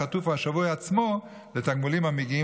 החטוף או השבוי עצמו לתגמולים המגיעים